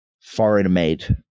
foreign-made